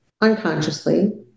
unconsciously